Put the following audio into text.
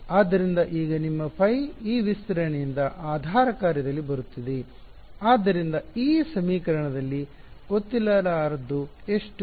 ಆದ್ದರಿಂದ ಈಗ ನಿಮ್ಮ ಫೈ ಈ ವಿಸ್ತರಣೆಯಿಂದ ಆಧಾರ ಕಾರ್ಯದಲ್ಲಿ ಬರುತ್ತಿದೆ ಆದ್ದರಿಂದ ಈ ಸಮೀಕರಣದಲ್ಲಿ ಗೊತ್ತಿರಲಾರದ್ದು ಎಷ್ಟು